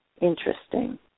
interesting